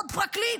עוד פרקליט,